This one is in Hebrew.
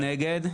1 נגד,